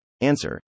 answer